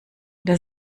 der